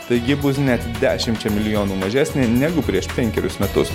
taigi bus net dešimčia milijonų mažesnė negu prieš penkerius metus